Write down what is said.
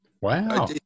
Wow